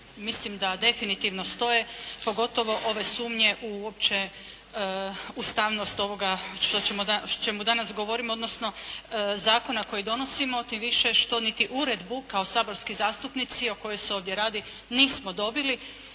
Mislim da definitivno stoje pogotovo ove sumnje u opće ustavnost ovoga o čemu danas govorimo, odnosno zakona koji donosimo, tim više što niti uredbu kao saborski zastupnici o kojoj se ovdje radi nismo dobili.